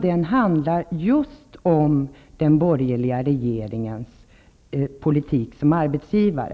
Den handlar just om den politik som den borgerliga regeringen för såsom arbetsgivare.